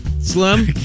Slim